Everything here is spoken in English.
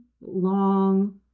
long